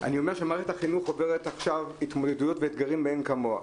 שמערכת החינוך עוברת עכשיו התמודדויות ואתגרים מאין כמוהם.